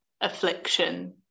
affliction